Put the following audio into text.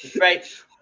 Right